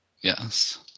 Yes